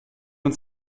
uns